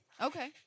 okay